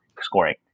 scoring